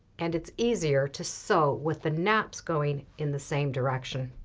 and it's easier to sew with the naps going in the same direction,